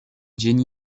jenny